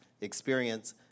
experience